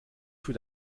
für